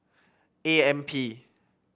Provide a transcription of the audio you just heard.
A M P